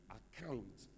account